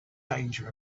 danger